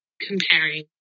comparing